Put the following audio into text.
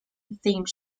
themed